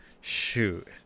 shoot